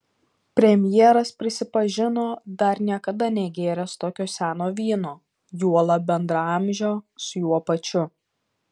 premjeras prisipažino dar niekada negėręs tokio seno vyno juolab bendraamžio su juo pačiu